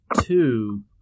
two